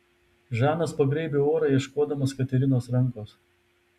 žanas pagraibė orą ieškodamas katerinos rankos